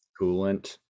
coolant